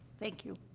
thank you.